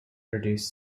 produce